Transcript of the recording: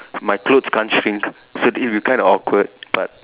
my clothes can't shrink so it'll be kind of awkward but